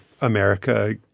America